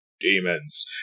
demons